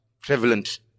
prevalent